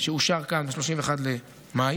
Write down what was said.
שאושר כאן ב-31 במאי,